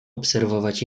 obserwować